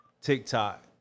TikTok